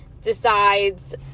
decides